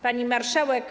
Pani Marszałek!